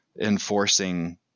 enforcing